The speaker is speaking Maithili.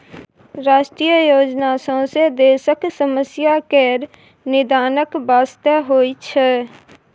राष्ट्रीय योजना सौंसे देशक समस्या केर निदानक बास्ते होइ छै